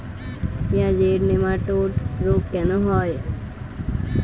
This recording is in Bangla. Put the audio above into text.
পেঁয়াজের নেমাটোড রোগ কেন হয়?